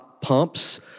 pumps